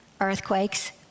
earthquakes